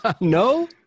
no